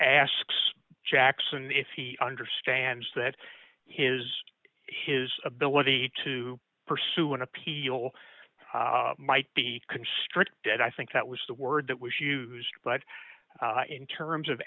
asks jackson if he understands that his his ability to pursue an appeal might be constricted i think that was the word that was used but in terms of